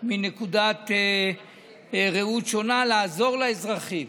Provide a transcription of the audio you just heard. מנקודת ראות שונה, לעזור לאזרחים.